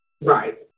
Right